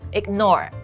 ignore